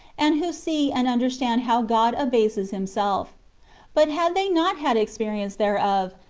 and who see and under stand how god abases himself but had they not had experience thereof,